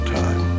time